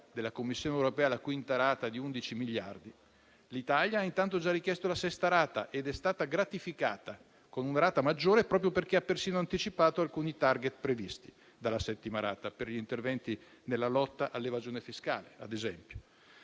della Commissione europea per la quinta rata di 11 miliardi. L'Italia ha intanto già richiesto la sesta rata ed è stata gratificata con una rata maggiore proprio perché ha persino anticipato alcuni *target* previsti dalla settima rata per gli interventi nella lotta all'evasione fiscale. In tema